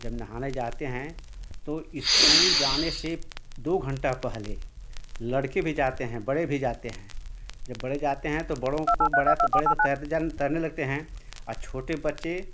जब नहाने जाते हैं तो स्कूल जाने से दो घण्टा पहले लड़के भी जाते हैं बड़े भी जाते हैं जब बड़े जाते हैं तो बड़ों को बड़ा तो बड़े तो तैरने जान तैरने लगते हैं और छोटे बच्चे